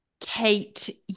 Kate